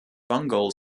fungal